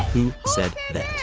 who said that?